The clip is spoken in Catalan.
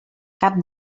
cap